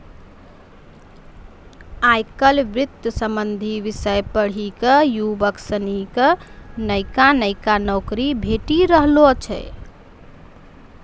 आय काइल वित्त संबंधी विषय पढ़ी क युवक सनी क नयका नयका नौकरी भेटी रहलो छै